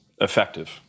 effective